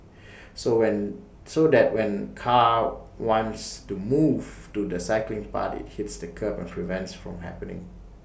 so when so that when car wants to move to the cycling path IT hits the kerb and prevents from happening